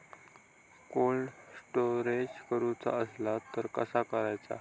Cold storage करूचा असला तर कसा करायचा?